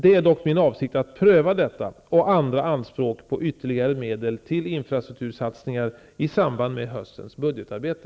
Det är dock min avsikt att pröva detta och andra anspråk på ytterligare medel till infrastruktursatsningar i samband med höstens budgetarbete.